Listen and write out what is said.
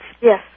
Yes